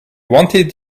wanted